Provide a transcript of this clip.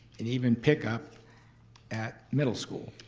and even pick up at middle school.